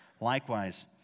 Likewise